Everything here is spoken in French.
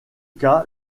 cas